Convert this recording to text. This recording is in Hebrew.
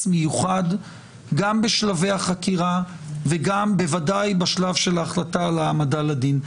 מיוחד גם בשלבי החקירה וגם בוודאי בשלב של ההחלטה על העמדה לדין.